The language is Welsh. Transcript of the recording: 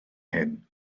hyn